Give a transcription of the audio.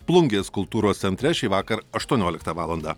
plungės kultūros centre šį vakar aštuonioliktą valandą